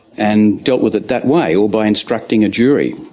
and dealt with it that way, or by instructing a jury.